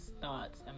thoughts